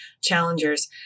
challengers